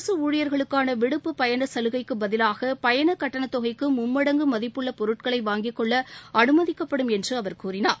அரசு ஊழியர்களுக்கான விடுப்பு பயண சலுகைக்கு பதிலாக பயண கட்டணத்தொகைக்கு மும்மடங்கு மதிப்புள்ள பொருட்களை வாங்கிக் கொள்ள அனுமதிக்கப்படும் என்று அவர் கூறினார்